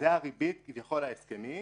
זו הריבית כביכול ההסכמית